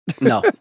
no